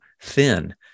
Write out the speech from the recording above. thin